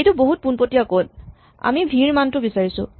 এইটো বহুত পোণপটীয়া কড আমি ভি ৰ মানটো বিচাৰিছোঁ